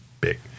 big